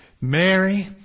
Mary